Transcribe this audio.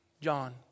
John